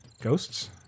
Ghosts